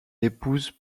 épouse